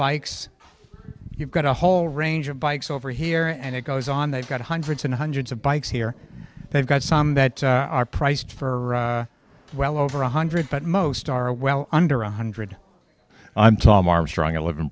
bikes you've got a whole range of bikes over here and it goes on they've got hundreds and hundreds of bikes here they've got some that are priced for well over one hundred but most are well under one hundred i'm tom armstrong eleven